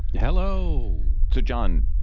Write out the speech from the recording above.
hello to john.